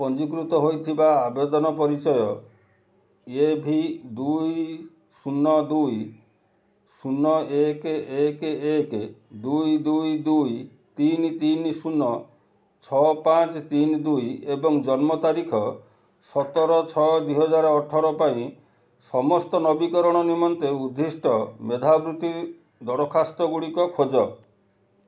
ପଞ୍ଜୀକୃତ ହୋଇଥିବା ଆବେଦନ ପରିଚୟ ଏ ଭି ଦୁଇ ଶୂନ ଦୁଇ ଶୂନ ଏକ ଏକ ଏକ ଦୁଇ ଦୁଇ ଦୁଇ ତିନି ତିନି ଶୂନ ଛଅ ପାଞ୍ଚ ତିନି ଦୁଇ ଏବଂ ଜନ୍ମ ତାରିଖ ସତର ଛଅ ଦୁଇ ହଜାର ଅଠର ପାଇଁ ସମସ୍ତ ନବୀକରଣ ନିମନ୍ତେ ଉଦ୍ଦିଷ୍ଟ ମେଧାବୃତ୍ତି ଦରଖାସ୍ତଗୁଡ଼ିକ ଖୋଜ